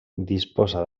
disposa